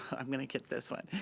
i'm gonna get this one.